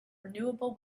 renewable